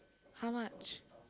how much